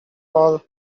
all